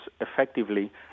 effectively